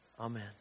Amen